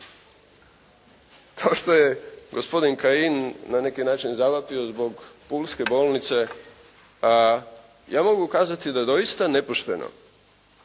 Kao što je gospodin Kajin na neki način zavapio zbog Pulske bolnice, ja mogu kazati da je doista nepošteno